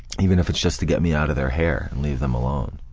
even if it's just to get me out of their hair and leave them alone.